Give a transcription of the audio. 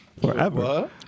forever